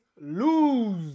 lose